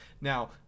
Now